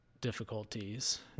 difficulties